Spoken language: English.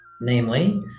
namely